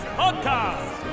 podcast